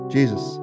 Jesus